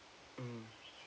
mm